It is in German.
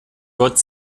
gott